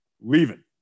leaving